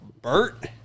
Bert